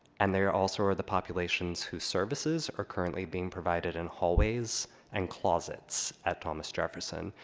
and they're also are the populations whose services are currently being provided in hallways and closets at thomas jefferson,